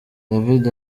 david